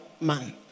man